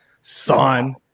son